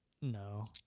No